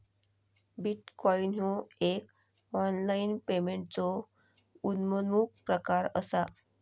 bitcoin ह्यो एक online पेमेंटचो उद्योन्मुख प्रकार असा